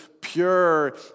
pure